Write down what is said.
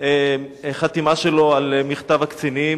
חתימה שלו על מכתב הקצינים,